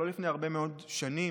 לא לפני הרבה מאוד שנים,